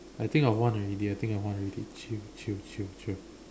I think of one already I think of one already chill chill chill chill